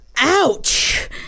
Ouch